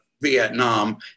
Vietnam